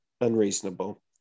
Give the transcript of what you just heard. unreasonable